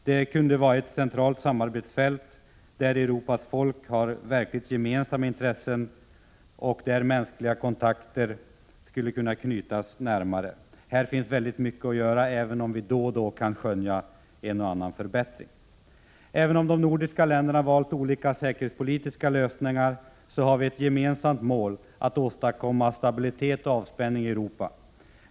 Detta kunde vara ett centralt samarbetsfält, där Europas folk har verkliga gemensamma intressen och där man skulle kunna knyta mer av mänskliga kontakter. Det återstår därvidlag mycket att göra, även om vi då och då kan skönja en och annan förbättring. Även om de nordiska länderna valt olika säkerhetspolitiska lösningar har vi som gemensamt mål att åstadkomma stabilitet och avspänning i norra Europa.